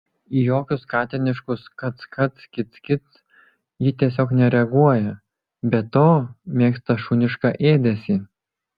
į jokius katiniškus kac kac kic kic ji tiesiog nereaguoja be to mėgsta šunišką ėdesį